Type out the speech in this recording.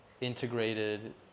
integrated